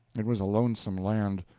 it was a lonesome land!